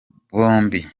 bombi